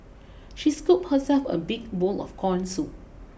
she scooped herself a big bowl of corn soup